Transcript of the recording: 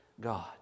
God